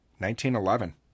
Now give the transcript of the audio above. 1911